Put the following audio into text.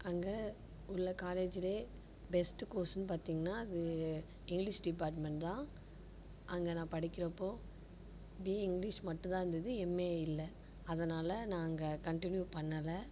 அங்கே உள்ள காலேஜிலே பெஸ்ட்டு கோர்ஸுன்னு பார்த்திங்னா அது இங்கிலிஷ் டிபார்ட்மண்ட் தான் அங்கே நான் படிக்கிறப்போது பிஏ இங்கிலிஷ் மட்டும் தான் இருந்தது எம்ஏ இல்லை அதனால் நான் அங்கே கன்ட்டினியூ பண்ணலை